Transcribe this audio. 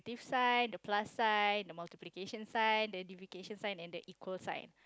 sign the plus sign the multiplication sign then duplication sign and the equal sign